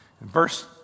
Verse